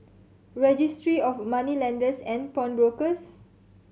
Registry of Moneylenders and Pawnbrokers